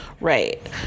Right